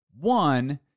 One